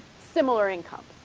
similar income